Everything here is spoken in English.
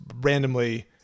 randomly